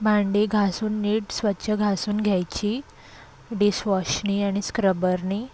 भांडी घासून नीट स्वच्छ घासून घ्यायची डिशवॉशनी आणि स्क्रबरनी